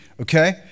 okay